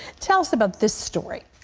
tell us about this story.